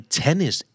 tennis